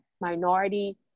minority